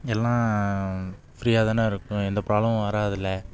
எல்லாம் ஃப்ரீயாக தானே இருக்கும் எந்த ப்ராப்ளமும் வராதில்ல